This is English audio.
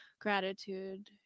gratitude